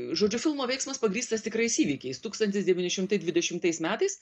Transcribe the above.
žodžiu filmo veiksmas pagrįstas tikrais įvykiais tūkstantis devyni šimtai dvidešimtais metais